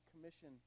commission